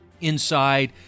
inside